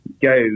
go